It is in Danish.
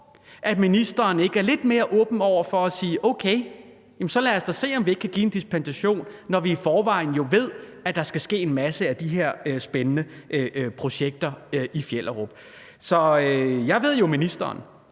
at ministeren ikke er lidt mere åben over for at sige: Okay. Jamen så lad os da se, om ikke vi kan give en dispensation, når vi jo i forvejen ved, at der skal ske en masse af de her spændende projekter i Fjellerup. Jeg ved jo, at ministeren